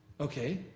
Okay